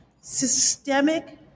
Systemic